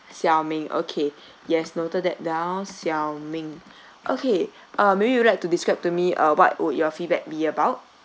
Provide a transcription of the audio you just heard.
xiao ming okay yes noted that down xiao ming okay uh maybe you would like to describe to me uh what would your feedback be about